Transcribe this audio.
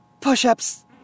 Push-ups